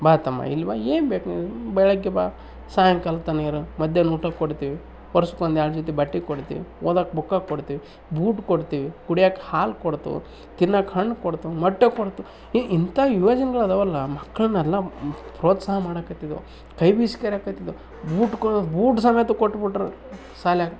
ಬಾ ತಮ್ಮ ಇಲ್ಲಿ ಬಾ ಏನು ಬೇಕು ನಿನ್ಗೆ ಬೆಳಿಗ್ಗೆ ಬಾ ಸಾಯಂಕಾಲ ತನ ಇರು ಮಧ್ಯಾಹ್ನ ಊಟ ಕೊಡ್ತೀವಿ ಹೊಡ್ಸ್ಕಂಡು ಎರಡು ಜೊತೆ ಬಟ್ಟೆ ಕೊಡ್ತೀವಿ ಓದೋಕ್ಕೆ ಬುಕ್ಕಾ ಕೊಡ್ತೀವಿ ಬೂಟ್ ಕೊಡ್ತೀವಿ ಕುಡಿಯೋಕ್ಕೆ ಹಾಲು ಕೊಡ್ತೀವು ತಿನ್ನೋಕ್ಕೆ ಹಣ್ಣು ಕೊಡ್ತೀವು ಮೊಟ್ಟೆ ಕೊಡ್ತೀವು ಈ ಇಂಥ ಯೋಜನೆಗಳು ಇದಾವೆಲ್ಲ ಮಕ್ಳನ್ನೆಲ್ಲ ಪ್ರೋತ್ಸಾಹ ಮಾಡಕತ್ತಿದ್ವು ಕೈಬೀಸಿ ಕರೆಯೋಕತಿದ್ವು ಬೂಟ್ ಕೋ ಬೂಟ್ ಸಮೇತ ಕೊಟ್ಬಿಟ್ಟರು ಶಾಲ್ಯಾಗೆ